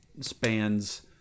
spans